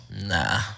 Nah